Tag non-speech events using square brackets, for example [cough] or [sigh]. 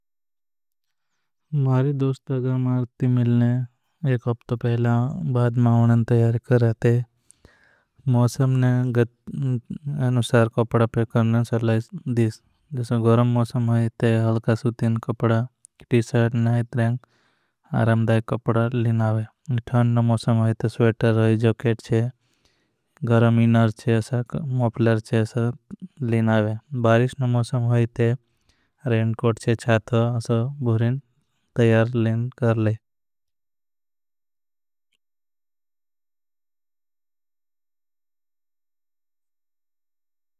दोस्तागा मारे थे मिलने एक अपतो पहला बाद माहुनन तयारी। कर रहते हैं मोसम [hesitation] अनुसार कपड़ा पे करने से लाइस दिसमोसम [hesitation] गरम मौसम होईते हलका सुतिन कपड़ा टीसर्ड ना एतरेंग आरामदाय। कपड़ा लिनावे जैकिट छे मफ़लर छे बारिश के मोसम होईते। रेंट कोड चे च्छात बुरिन तयार लिन कर ले।